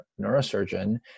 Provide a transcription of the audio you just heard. neurosurgeon